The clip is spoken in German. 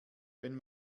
wenn